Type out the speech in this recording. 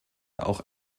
auch